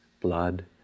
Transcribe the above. blood